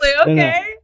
okay